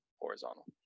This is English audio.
horizontal